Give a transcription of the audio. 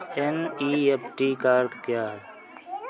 NEFT का अर्थ क्या है?